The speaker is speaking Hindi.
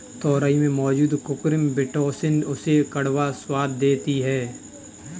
तोरई में मौजूद कुकुरबिटॉसिन उसे कड़वा स्वाद दे देती है